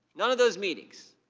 none of those meetings,